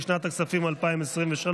לשנת הכספים 2023,